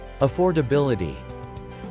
affordability